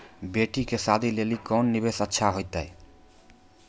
बेटी के शादी लेली कोंन निवेश अच्छा होइतै?